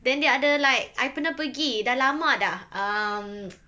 then dia ada like I pernah pergi dah lama dah um